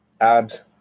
abs